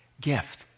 gift